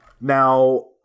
Now